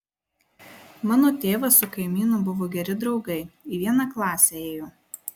mano tėvas su kaimynu buvo geri draugai į vieną klasę ėjo